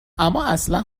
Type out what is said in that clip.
امااصلا